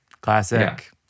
Classic